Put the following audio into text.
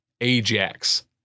Ajax